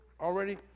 already